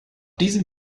diesem